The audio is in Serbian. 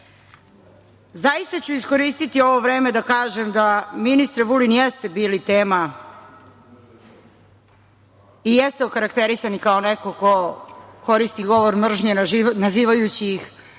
Srbiju. Zaista ću iskoristiti ovo vreme da kažem da ministre Vulin jeste bili tema i jeste okarakterisani kao neko ko koristi govor mržnje, nazivajući ih